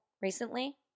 recently